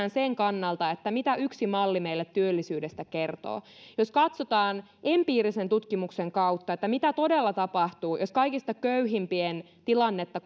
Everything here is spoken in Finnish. pelkästään sen kannalta mitä yksi malli meille työllisyydestä kertoo jos katsotaan empiirisen tutkimuksen kautta mitä todella tapahtuu jos kaikista köyhimpien tilannetta